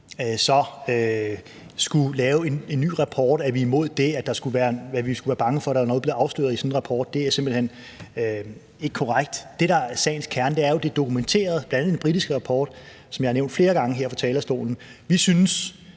at lave en ny rapport, eller at vi skulle være bange for, at der var noget, der bliver afsløret i sådan en rapport, er simpelt hen ikke korrekt. Det, der er sagens kerne, er jo, at det e dokumenteret, bl.a. i den britiske rapport, som jeg har nævnt flere gange her fra talerstolen. Vi synes,